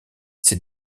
ces